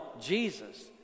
Jesus